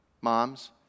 moms